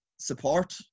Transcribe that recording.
support